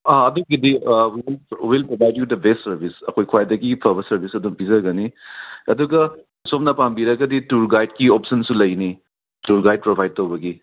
ꯑꯗꯨꯒꯤꯗꯤ will provide you the best service ꯑꯩꯈꯣꯏ ꯈ꯭ꯋꯥꯏꯗꯒꯤ ꯐꯕ ꯁꯔꯕꯤꯁ ꯑꯗꯨꯗ ꯄꯤꯖꯒꯅꯤ ꯑꯗꯨꯒ ꯁꯣꯝꯅ ꯄꯥꯝꯕꯤꯔꯒꯗꯤ ꯇꯨꯔ ꯒꯥꯏꯗꯀꯤ ꯑꯣꯞꯁꯟꯁꯨ ꯂꯩꯅꯤ ꯇꯨꯔ ꯒꯥꯏꯗ ꯄ꯭ꯔꯣꯚꯥꯏꯗ ꯇꯧꯕꯒꯤ